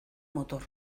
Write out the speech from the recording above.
motor